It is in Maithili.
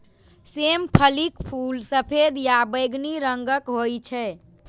सेम फलीक फूल सफेद या बैंगनी रंगक होइ छै